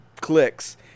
clicks